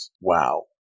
wow